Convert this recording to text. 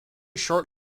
short